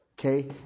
Okay